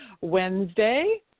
Wednesday